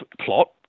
plot